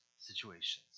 situations